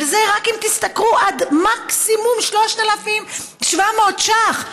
אבל זה רק אם תשתכרו עד מקסימום 3,700 ש"ח,